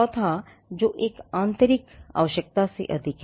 चौथा जो एक आंतरिक आवश्यकता से अधिक है